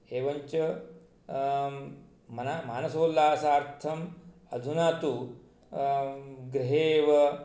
एवञ्च मन मानसोल्लासार्थम् अधुना तु गृहे एव